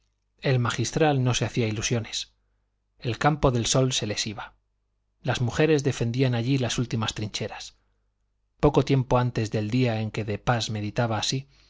el magistral no se hacía ilusiones el campo del sol se les iba las mujeres defendían allí las últimas trincheras poco tiempo antes del día en que de pas meditaba así